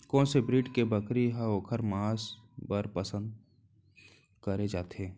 कोन से ब्रीड के बकरी ला ओखर माँस बर पसंद करे जाथे?